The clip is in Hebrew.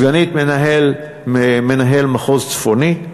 סגנית מנהל מחוז צפוני,